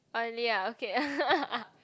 oh really ah okay